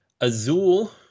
Azul